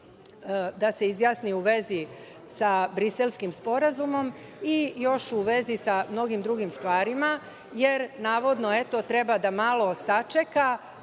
da se izjasni u vezi sa Briselskim sporazumom, i još u vezi sa mnogim drugim stvarima, jer, navodno, eto treba da malo sačeka